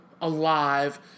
Alive